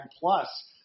plus